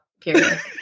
period